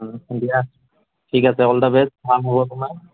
দিয়া ঠিক আছে অল দ্য বেষ্ট ভাল হ'ব তোমাৰ